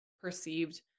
perceived